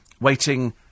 waiting